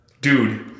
Dude